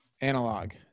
analog